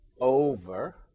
over